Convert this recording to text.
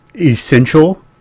essential